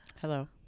Hello